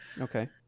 Okay